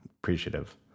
appreciative